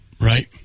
Right